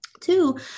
Two